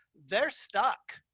they're stuck.